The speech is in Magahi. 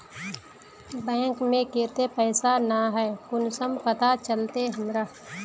बैंक में केते पैसा है ना है कुंसम पता चलते हमरा?